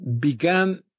began